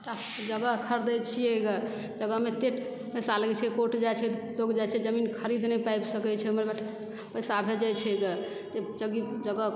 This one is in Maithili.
जगह खरीदय छियै गे तकरामे अतेक पैसा लगय छै कोर्ट जाइ छियै लोक जाइ छै जमीन खरीद नहि पाबि सकय छै हमर बेटा पैसा भेजय छै गे जगी जगह